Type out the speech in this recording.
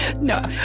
No